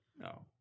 no